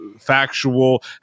Factual